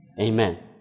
Amen